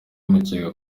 mukeka